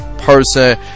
person